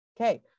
Okay